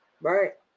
right